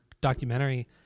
documentary